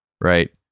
Right